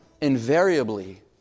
invariably